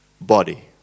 body